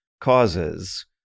causes